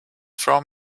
from